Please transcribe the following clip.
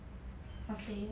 okay